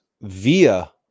via